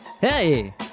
Hey